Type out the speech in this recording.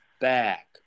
back